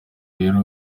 rero